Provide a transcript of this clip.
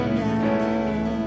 now